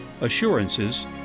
assurances